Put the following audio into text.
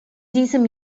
diesem